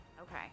Okay